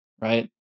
right